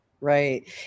Right